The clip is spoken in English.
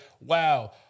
wow